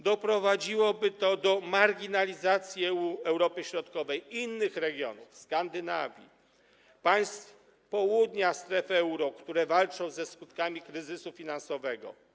Doprowadziłoby to do marginalizacji Europy Środkowej i innych regionów: Skandynawii, państw południa strefy euro, które walczą ze skutkami kryzysu finansowego.